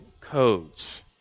codes